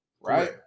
right